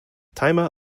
timer